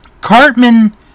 Cartman